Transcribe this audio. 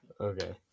Okay